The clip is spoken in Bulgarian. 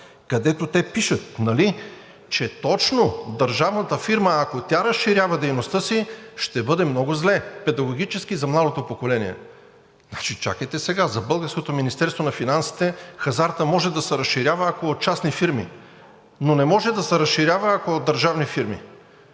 където те пишат, че точно държавната фирма, ако разширява дейността си, ще бъде много зле педагогически за младото поколение. Чакайте сега! За българското Министерство на финансите хазартът може да се разширява, ако е от частни фирми, не може да се разширява, ако е от държавни фирми.